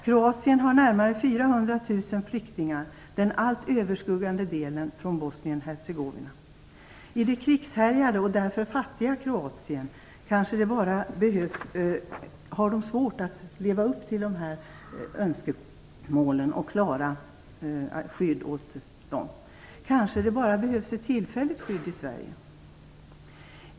Kroatien har närmare 400 000 flyktingar, den allt överskuggande delen från Bosnien Hercegovina. I det krigshärjade och därför fattiga Kroatien har man svårt att klara att ge dem skydd. Kanske det bara behövs ett tillfälligt skydd i Sverige?